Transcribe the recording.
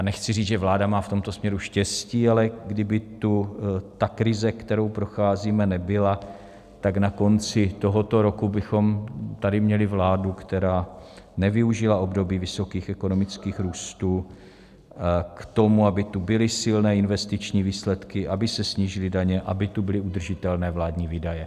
Nechci říct, že vláda má v tomto směru štěstí, ale kdyby tu ta krize, kterou procházíme, nebyla, tak na konci tohoto roku bychom tady měli vládu, která nevyužila období vysokých ekonomických růstů k tomu, aby tu byly silné investiční výsledky, aby se snížily daně, aby tu byly udržitelné vládní výdaje.